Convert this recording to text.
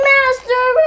Master